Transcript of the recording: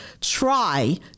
try